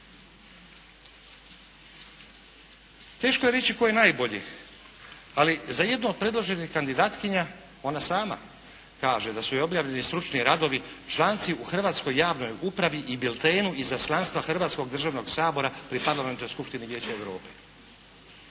Teško je reći tko je najbolji, ali za jednu od predloženih kandidatkinja, ona sama kaže da su joj objavljeni stručni radovi, članci u Hrvatskoj javnoj upravi i biltenu Izaslanstva Hrvatskog državnog sabora pri Parlamentarnoj skupštini Vijeća Europe.